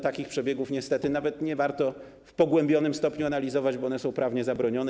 Takich przebiegów niestety nawet nie warto w pogłębionym stopniu analizować, bo one są prawnie zabronione.